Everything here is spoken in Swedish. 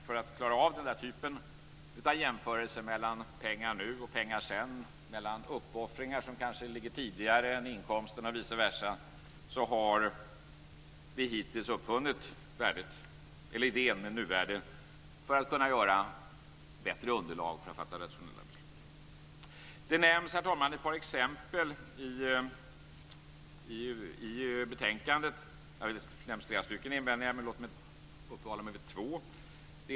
För att klara av den typen av jämförelser - mellan pengar nu och pengar sedan, mellan uppoffringar som kanske ligger tidigare än inkomsterna och vice versa - har vi hittills uppfunnit idén med nuvärdet; detta för att kunna åstadkomma ett bättre underlag för att fatta rationella beslut. Herr talman! Ett par exempel nämns i betänkandet. Jag har egentligen flera invändningar men jag ska uppehålla mig vid två av dem.